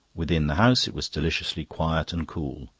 within the house it was deliciously quiet and cool.